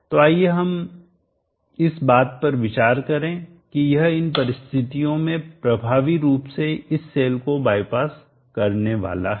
तो आइए अब हम इस बात पर विचार करें कि यह इन परिस्थितियों में प्रभावी रूप से इस सेल को बाईपास करने वाला है